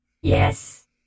yes